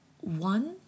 one